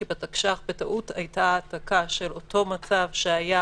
כי בתקש"ח בטעות הייתה העתקה של אותו מצב שהיה